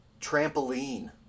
Trampoline